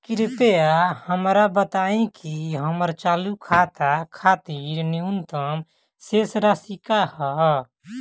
कृपया हमरा बताइं कि हमर चालू खाता खातिर न्यूनतम शेष राशि का ह